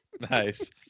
Nice